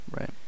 Right